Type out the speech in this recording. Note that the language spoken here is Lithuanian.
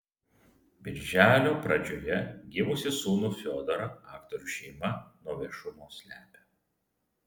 birželio pradžioje gimusį sūnų fiodorą aktorių šeima nuo viešumo slepia